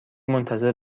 منتظر